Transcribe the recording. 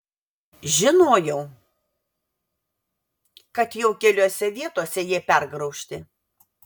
žinojau kad jau keliose vietose jie pergraužti